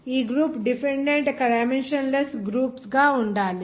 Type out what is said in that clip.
ఈ group dependent dimensionless groups గా ఉండాలి